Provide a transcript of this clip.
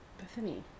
Bethany